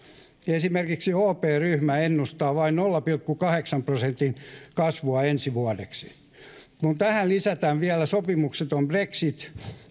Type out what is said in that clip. esimerkiksi op ryhmä ennustaa vain nolla pilkku kahdeksan prosentin kasvua ensi vuodeksi kun tähän lisätään vielä sopimukseton brexit